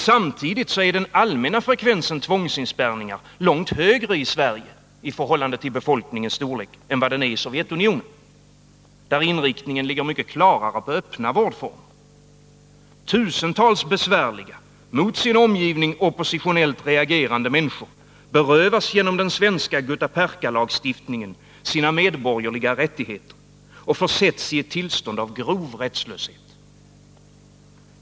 Samtidigt är den allmänna frekvensen av tvångsinspärrningar i förhållande till befolkningsunderlaget långt högre i Sverige än i Sovjetunionen, där inriktningen ligger mycket klarare på öppna vårdformer. Tusentals besvärliga, mot sin omgivning oppositionellt reagerande människor berövas genom den svenska guttaperkalagstiftningen sina medborgerliga rättigheter och försätts i ett tillstånd av grov rättslöshet.